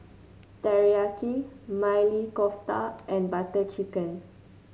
Teriyaki Maili Kofta and Butter Chicken